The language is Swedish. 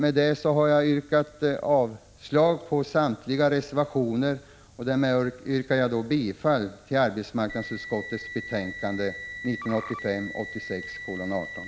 Med detta har jag yrkat avslag på samtliga reservationer, och därför yrkar jag bifall till hemställan i arbetsmarknadsutskottets betänkande 1985/86:18.